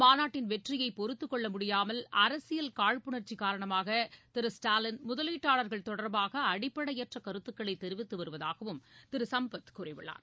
மாநாட்டின் வெற்றியை பொறுத்துக்கொள்ள முடியாமல் அரசியல் காழ்ப்புணர்ச்சி காரணமாக திரு ஸ்டாலின் முதலீட்டாளர்கள் தொடர்பாக அடிப்படையற்ற கருத்துக்களை தெரிவித்து வருவதாகவும் திரு சம்பத் கூறியுள்ளார்